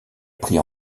pris